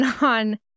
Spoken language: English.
on